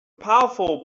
powerful